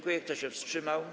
Kto się wstrzymał?